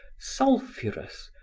sulphurous,